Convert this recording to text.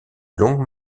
longue